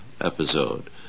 episode